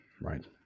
right